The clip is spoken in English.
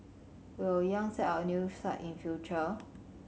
Will Yang set up a new site in future